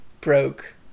broke